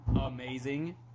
amazing